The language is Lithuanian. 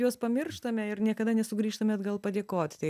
juos pamirštame ir niekada nesugrįžtame atgal padėkot tai